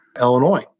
Illinois